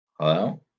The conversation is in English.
Hello